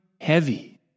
heavy